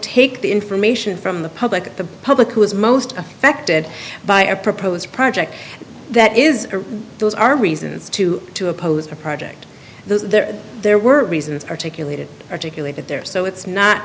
take the information from the public the public who is most affected by our proposed project that is those are reasons to to oppose the project there there were reasons articulated articulated there so it's not